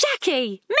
Jackie